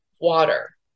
water